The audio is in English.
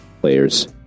players